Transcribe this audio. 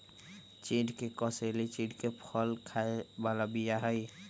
चिढ़ के कसेली चिढ़के फल के खाय बला बीया हई